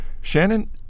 Shannon